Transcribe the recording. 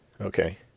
okay